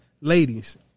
ladies